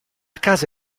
casa